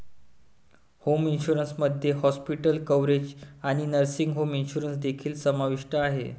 home insurance मध्ये hospital coverage आणि nursing home insurance देखील समाविष्ट आहे